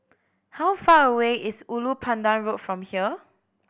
how far away is Ulu Pandan Road from here